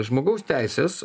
žmogaus teisės